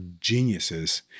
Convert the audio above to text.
geniuses